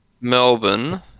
Melbourne